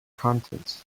contents